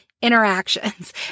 interactions